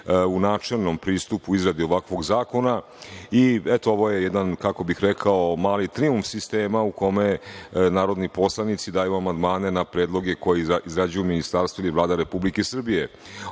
u načelnom pristupu u izradi ovakvog zakona. Eto, ovo je jedan, kako bih rekao, mali trijumf sistema u kome narodni poslanici daju amandmane na predloge koje izrađuju ministarstva ili Vlada Republike Srbije. Ovo